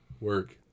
work